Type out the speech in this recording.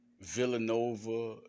Villanova